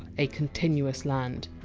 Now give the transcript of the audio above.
a continuous land.